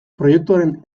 proiektuaren